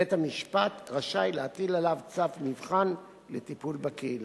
בית-המשפט רשאי להטיל עליו צו מבחן לטיפול בקהילה.